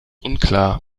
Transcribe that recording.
unklar